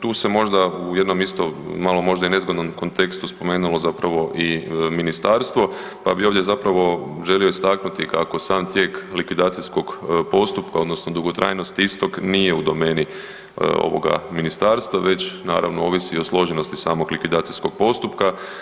Tu se možda u jednom isto malo možda i nezgodnom kontekstu spomenulo i ministarstvo pa bi ovdje želio istaknuti kako sam tijek likvidacijskog postupka odnosno dugotrajnosti istog nije u domeni ovoga ministarstva, već naravno ovisi o složenosti samog likvidacijskog postupka.